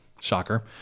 Shocker